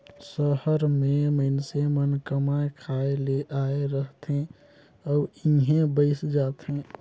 सहर में मइनसे मन कमाए खाए ले आए रहथें अउ इहें बइस जाथें